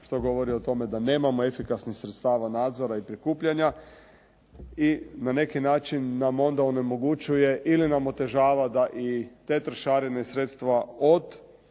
što govori o tome da nemamo sredstava nadzora i prikupljanja i na neki način nam onda onemogućuje ili nam otežava da i te trošarine i sredstva od